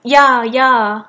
ya ya